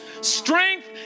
strength